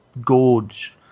gorge